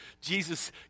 Jesus